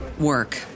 work